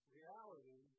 reality